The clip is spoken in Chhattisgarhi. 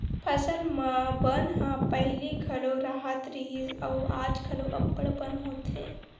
फसल म बन ह पहिली घलो राहत रिहिस अउ आज घलो अब्बड़ बन होथे